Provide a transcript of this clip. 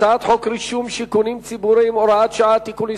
הצעת חוק רישום שיכונים ציבוריים (הוראת שעה) (תיקון מס'